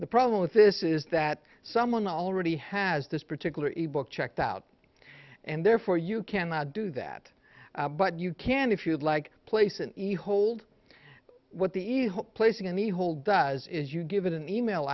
the problem with this is that someone already has this particular e book checked out and therefore you cannot do that but you can if you'd like place and hold what the placing in the whole does is you give it an email